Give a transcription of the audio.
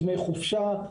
דמי חופשה,